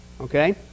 okay